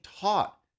taught